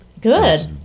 Good